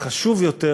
חשוב יותר